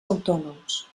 autònoms